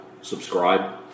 subscribe